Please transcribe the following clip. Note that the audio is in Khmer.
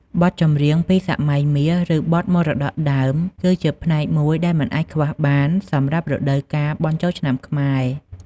បទចម្រៀងពីសម័យមាស ឬ បទមរតកដើម គឺជាផ្នែកមួយដែលមិនអាចខ្វះបានសម្រាប់រដូវកាលបុណ្យចូលឆ្នាំខ្មែរ។